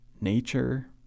nature